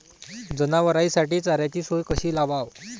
जनावराइसाठी चाऱ्याची सोय कशी लावाव?